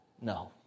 No